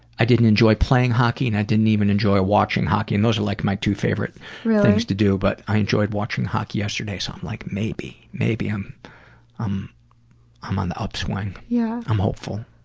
i didn't enjoy playing hockey and i didn't even enjoy watching hockey and those are like my too favorite things to do. but i enjoyed watching hockey yesterday so i'm like maybe, maybe i'm um i'm on the upswing. yeah i'm hopeful.